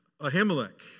Ahimelech